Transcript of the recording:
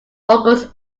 august